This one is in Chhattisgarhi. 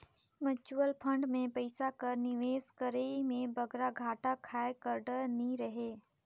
म्युचुवल फंड में पइसा कर निवेस करई में बगरा घाटा खाए कर डर नी रहें